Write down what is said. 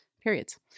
periods